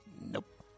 Nope